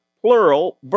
plural